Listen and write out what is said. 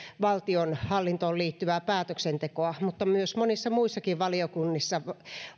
valtionhallintoon liittyvää päätöksentekoa mutta monissa muissakin valiokunnissa